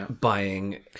buying